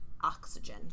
oxygen